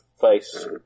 face